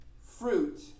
fruit